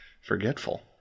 Forgetful